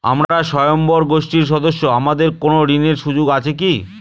আমরা স্বয়ম্ভর গোষ্ঠীর সদস্য আমাদের কোন ঋণের সুযোগ আছে কি?